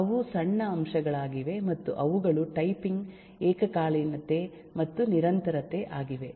ಅವು ಸಣ್ಣ ಅಂಶಗಳಾಗಿವೆ ಮತ್ತು ಅವುಗಳು ಟೈಪಿಂಗ್ ಏಕಕಾಲೀನತೆ ಮತ್ತು ನಿರಂತರತೆ ಆಗಿವೆ